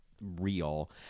real